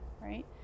right